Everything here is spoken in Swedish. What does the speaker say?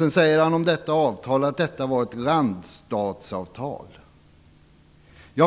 Han säger att detta avtal var ett randstatsavtal.